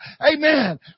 Amen